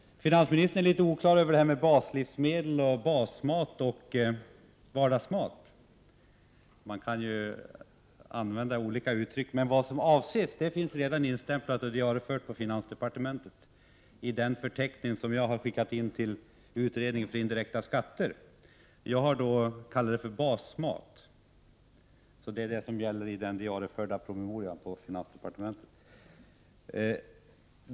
Finansministern är litet oklar i fråga om baslivsmedel, basmat och vardagsmat. Man kan ju använda olika uttryck, men vad som avses finns redan instämplat och diariefört på finansdepartementet i den förteckning som jag har skickat in till utredningen för indirekta skatter. Jag har då använt ordet basmat. Det är alltså detta som gäller i den diarieförda promemorian på finansdepartementet.